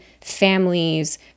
families